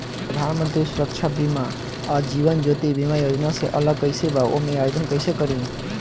प्रधानमंत्री सुरक्षा बीमा आ जीवन ज्योति बीमा योजना से अलग कईसे बा ओमे आवदेन कईसे करी?